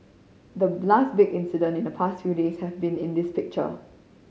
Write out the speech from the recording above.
the last big incident in the past few days have been this picture